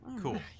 cool